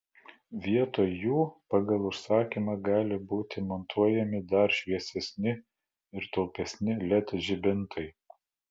vietoj jų pagal užsakymą gali būti montuojami dar šviesesni ir taupesni led žibintai